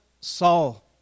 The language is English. Saul